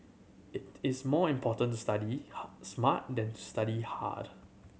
it is more important to study smart than to study hard